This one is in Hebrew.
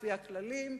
לפי הכללים,